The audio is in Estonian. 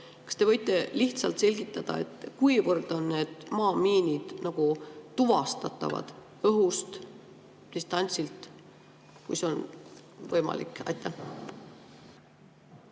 Kas te võite lihtsalt selgitada, kuivõrd on need maamiinid tuvastatavad õhust, distantsilt, kui see on võimalik? Miin